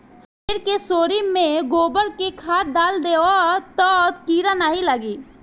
पेड़ के सोरी में गोबर के खाद डाल देबअ तअ कीरा नाइ लागी